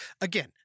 Again